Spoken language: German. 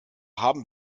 haben